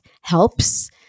helps